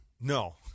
No